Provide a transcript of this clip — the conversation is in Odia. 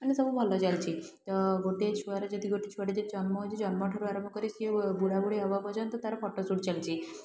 ମାନେ ସବୁ ଭଲ ଚାଲିଛି ଆଉ ଗୋଟେ ଛୁଆର ଯଦି ଗୋଟେ ଛୁଆର ଯଦି ଜନ୍ମ ହେଉଛି ଜନ୍ମଠାରୁ ଆରମ୍ଭ କରି ସିଏ ବୁଢ଼ାବୁଢ଼ୀ ହେବ ପର୍ଯ୍ୟନ୍ତ ଫଟୋସୁଟ୍ ଚାଲିଛି